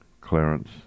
clarence